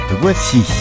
Voici